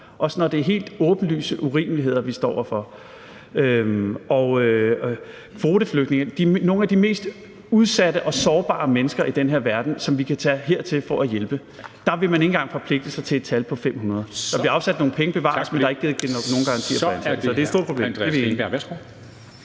også når det er helt åbenlyse urimeligheder, vi står over for. Når det gælder kvoteflygtninge, som er nogle af de mest udsatte og sårbare mennesker i den her verden, og som vi kan tage hertil for at hjælpe, så vil man ikke engang forpligte sig til et antal på 500. Der bliver afsat nogle penge, bevares, men der er ikke blevet givet nogen garantier for antallet, så det er et stort problem. Det er vi